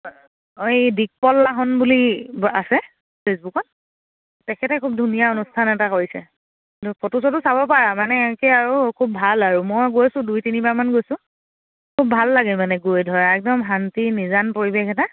এই দীকপল লাহন বুলি আছে ফেচবুকত তেখেতে খুব ধুনীয়া অনুষ্ঠান এটা কৰিছে ফটো চ্বটো চাব পাৰা মানে এনেকৈ আৰু খুব ভাল আৰু মই গৈছোঁ দুই তিনিবাৰমান গৈছোঁ খুব ভাল লাগে মানে গৈ ধৰা একদম শান্তি নিজান পৰিৱেশ এটা